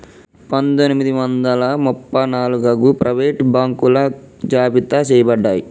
పందొమ్మిది వందల ముప్ప నాలుగగు ప్రైవేట్ బాంకులు జాబితా చెయ్యబడ్డాయి